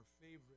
favorite